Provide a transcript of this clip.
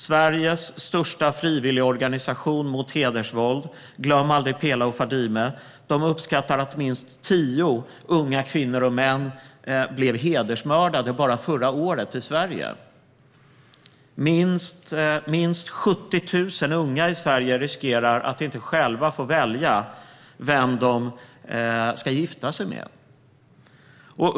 Sveriges största frivilligorganisation mot hedersvåld, Glöm aldrig Pela och Fadime, uppskattar att minst tio unga kvinnor och män blev hedersmördade i Sverige bara förra året. Minst 70 000 unga i Sverige riskerar att inte själva få välja vem de ska gifta sig med.